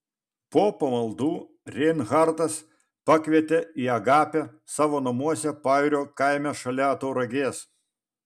po pamaldų reinhartas pakvietė į agapę savo namuose pajūrio kaime šalia tauragės